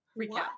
recap